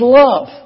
love